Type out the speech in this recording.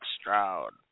Stroud